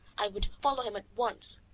i would follow him at once,